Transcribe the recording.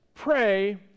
pray